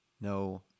No